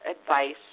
advice